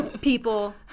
people